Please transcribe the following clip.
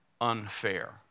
unfair